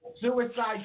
Suicide